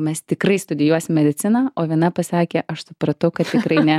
mes tikrai studijuosim mediciną o viena pasakė aš supratau kad tikrai ne